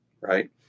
Right